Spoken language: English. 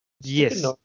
Yes